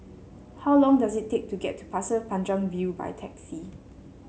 how long does it take to get to Pasir Panjang View by taxi